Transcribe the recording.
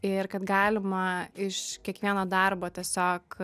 ir kad galima iš kiekvieno darbo tiesiog